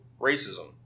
racism